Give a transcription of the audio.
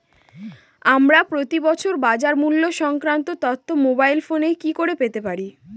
আমরা প্রতিদিন বাজার মূল্য সংক্রান্ত তথ্য মোবাইল ফোনে কি করে পেতে পারি?